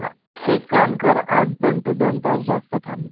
हा एक काम कर आज पण तू दोन तास जास्त थांब